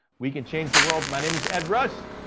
we can change the world. my name is ed rush.